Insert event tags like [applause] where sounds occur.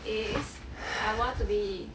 [breath]